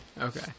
Okay